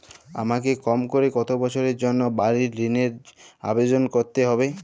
আমাকে কম করে কতো বছরের জন্য বাড়ীর ঋণের জন্য আবেদন করতে হবে?